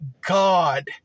God